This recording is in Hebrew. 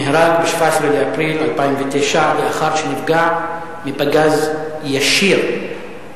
נהרג ב-17 באפריל 2009 לאחר שנפגע מפגז ישיר,